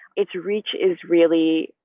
its reach is really,